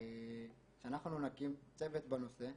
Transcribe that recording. שאנחנו נקים צוות בנושא.